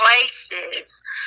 places